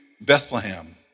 Bethlehem